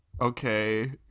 Okay